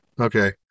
Okay